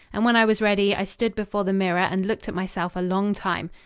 and when i was ready i stood before the mirror and looked at myself a long time.